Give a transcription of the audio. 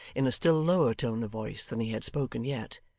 in a still lower tone of voice than he had spoken yet,